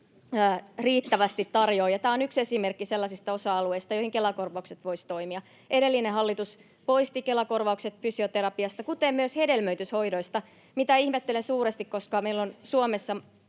riittävästi tarjoa, ja tämä on yksi esimerkki sellaisista osa-alueista, joihin Kela-korvaukset voisivat toimia. Edellinen hallitus poisti Kela-korvaukset fysioterapiasta, [Vasemmalta: Vähenivätkö käynnit?] kuten myös hedelmöityshoidoista, mitä ihmettelen suuresti, koska meillä on Suomessa